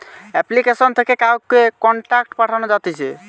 application থেকে কাউকে contact পাঠানো যাতিছে